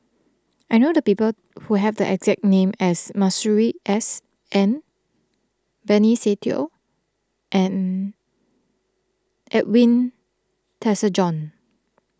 I know the people who have the exact name as Masuri S N Benny Se Teo and Edwin Tessensohn